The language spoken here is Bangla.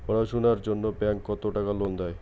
পড়াশুনার জন্যে ব্যাংক কত টাকা লোন দেয়?